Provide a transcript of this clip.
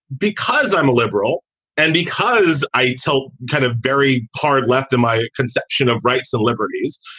because i'm a liberal and because i tell kind of very hard left in my conception of rights and liberties.